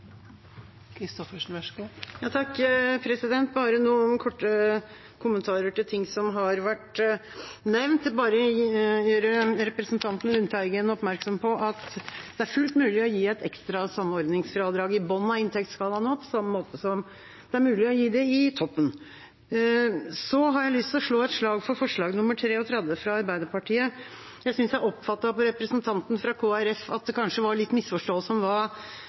Bare noen korte kommentarer til ting som har vært nevnt. Jeg vil bare gjøre representanten Lundteigen oppmerksom på at det er fullt mulig å gi et ekstra samordningsfradrag i bunnen av inntektsskalaen også, på samme måte som det er mulig å gi det i toppen. Så har jeg lyst til å slå et slag for forslag nr. 33, fra Arbeiderpartiet. Jeg synes jeg oppfattet representanten fra Kristelig Folkeparti slik at det kanskje var litt misforståelse om